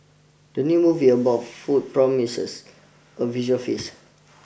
the new movie about food promises a visual feast